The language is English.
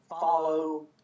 follow